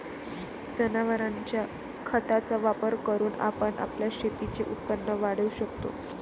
जनावरांच्या खताचा वापर करून आपण आपल्या शेतीचे उत्पन्न वाढवू शकतो